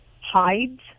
hides